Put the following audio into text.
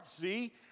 see